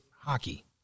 hockey